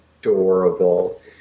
adorable